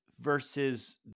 versus